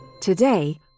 Today